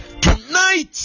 tonight